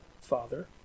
father